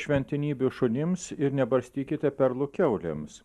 šventenybių šunims ir nebarstykite perlų kiaulėms